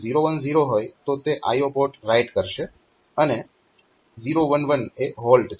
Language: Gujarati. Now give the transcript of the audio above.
જયારે તે 0 1 0 હોય તો તે IO પોર્ટ રાઈટ કરશે અને 0 1 1 એ હોલ્ટ છે